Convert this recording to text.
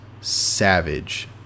Savage